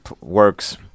works